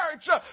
church